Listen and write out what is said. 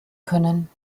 können